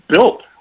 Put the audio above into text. built